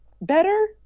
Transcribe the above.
Better